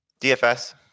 DFS